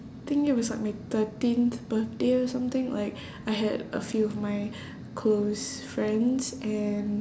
think it was like my thirteenth birthday or something like I had a few of my close friends and